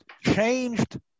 changed